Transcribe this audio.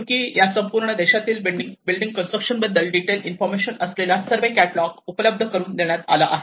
तुर्की या संपूर्ण देशातील बिल्डिंग कन्स्ट्रक्शन बद्दल डिटेल इन्फॉर्मेशन असलेला सर्वे कॅटलॉग उपलब्ध करून देण्यात आला आहे